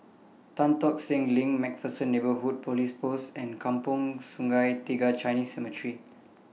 Tan Tock Seng LINK MacPherson Neighbourhood Police Post and Kampong Sungai Tiga Chinese Cemetery